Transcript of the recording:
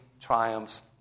triumphs